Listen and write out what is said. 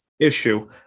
issue